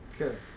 Okay